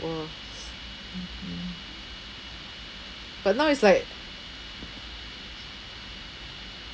!wah! s~ mmhmm but now it's like